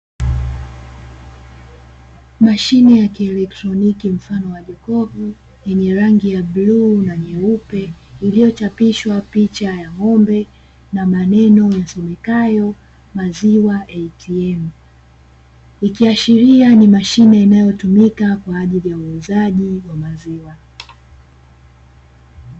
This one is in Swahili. Mashine ya kielektroniki mfano wa jokovu, yenye rangi ya blue na nyeupe, iliyochapishwa picha ya ng'ombe na maneno yasomekayo: "Maziwa ATM". Ikiaashiria ni mashine inayotumika kwa ajili ya uuzaji wa maziwa.